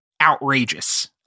outrageous